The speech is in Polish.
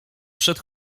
przed